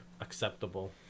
acceptable